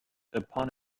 upon